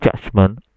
judgment